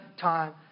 time